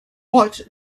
what